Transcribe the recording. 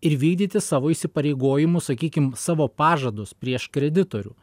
ir vykdyti savo įsipareigojimus sakykim savo pažadus prieš kreditorių